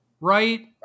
Right